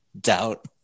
doubt